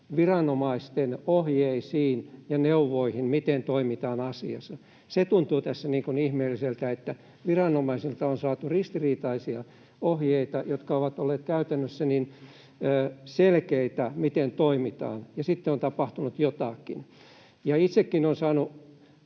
viranomaisten ohjeisiin ja neuvoihin, miten toimitaan asiassa. Se tuntuu tässä ihmeelliseltä, että viranomaisilta on saatu ristiriitaisia ohjeita, jotka ovat olleet käytännössä niin selkeitä, miten toimitaan, ja sitten on tapahtunut jotakin. Itsekin olen saanut